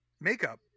Makeup